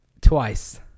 Twice